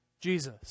Jesus